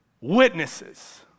witnesses